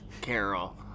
Carol